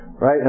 right